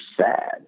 sad